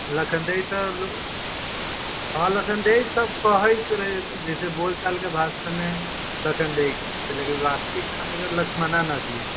लखनदेइ तऽ हॅं लखनदेइ सब कहैत रहै जैसे बोलचालके भाषामे लखनदेइ कहै छै लेकिन असली नाम एकर लक्ष्मणा नाम छियै